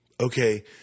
okay